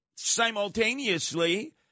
simultaneously